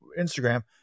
Instagram